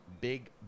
Big